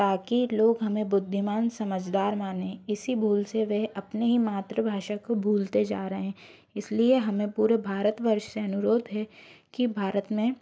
ताकि लोग हमें बुद्धिमान समझदार मानें इसी भूल से वह अपनी ही मात्रभाषा को भूलते जा रहें इस लिए हमें पूरे भारतवर्ष से अनुरोध है कि भारत में